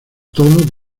tono